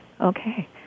okay